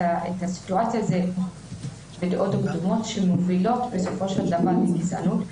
הסיטואציה זה בדעות הקדומות שמובילות בסופו של דבר לגזענות,